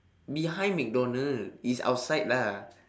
behind McDonald it's outside lah